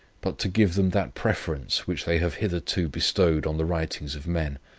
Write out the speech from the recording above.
but to give them that preference, which they have hitherto bestowed on the writings of men.